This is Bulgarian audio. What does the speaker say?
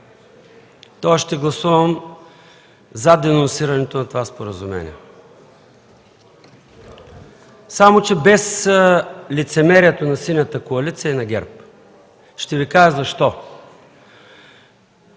тоест ще гласувам за денонсирането на споразумението, само че без лицемерието на Синята коалиция и на ГЕРБ. Ще Ви кажа защо.